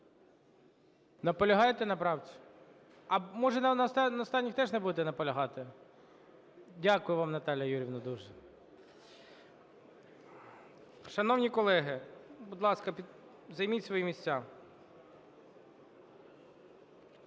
Наполягаєте на правці? А може, на останніх теж не будете наполягати? Дякую вам, Наталія Юріївна, дуже. Шановні колеги, будь ласка, займіть свої місця.